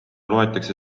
loetakse